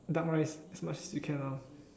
duck rice as much you can now